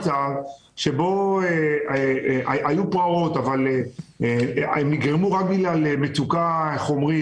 הוא יבין שהיו פה פרעות אבל הן נגרמו רק בגלל מצוקה חומרית